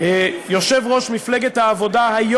להסית נגד מפלגת העבודה.